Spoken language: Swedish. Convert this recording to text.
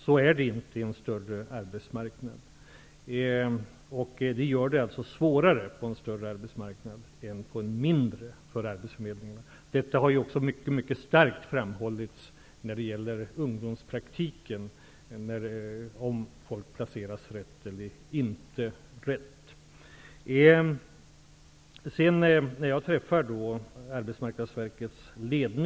Så är det inte på en större arbetsmarknad, vilket gör att det blir svårare för arbetsförmedlingen på en större arbetsmarknad i jämförelse med en mindre. Detta problem har också mycket starkt betonats. När det gäller ungdomspraktiken har det ifrågasatts om folk har placerats rätt eller inte.